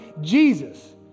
Jesus